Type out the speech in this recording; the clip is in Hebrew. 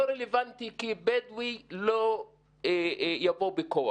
לא רלוונטי כי בדואי לא יבוא בכוח.